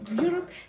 Europe